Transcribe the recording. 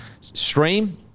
stream